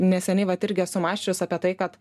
neseniai vat irgi esu mąsčius apie tai kad